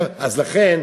אז לכן